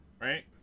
right